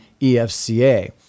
EFCA